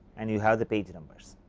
and you have the page number.